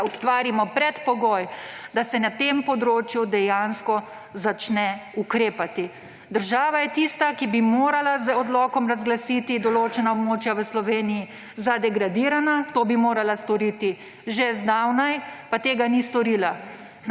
da ustvarimo predpogoj, da se na tem področju dejansko začne ukrepati. Država je tista, ki bi morala z odlokom razglasiti določena območja v Sloveniji za degradirana. To bi morala storiti že zdavnaj, pa tega ni storila.